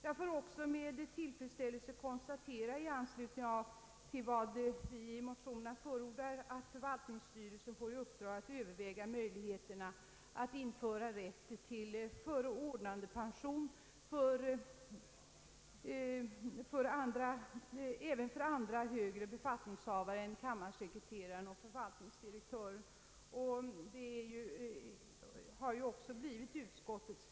Jag vill också med tillfredsställelse konstatera att förvaltningsstyrelsen i enlighet med vad vi i motionerna förordar får i uppdrag att överväga möjligheten att införa rätt till förordnandepension även för andra högre befatt ningshavare än kammarsekreteraren och direktören för förvaltningskontoret.